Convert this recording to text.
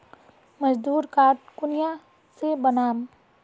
मजदूर कार्ड कुनियाँ से बनाम?